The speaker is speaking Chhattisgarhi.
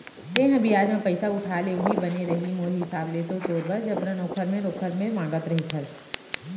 तेंहा बियाज म पइसा उठा ले उहीं बने रइही मोर हिसाब ले तोर बर जबरन ओखर मेर ओखर मेर मांगत रहिथस